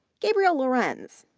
gabrielle lorenz,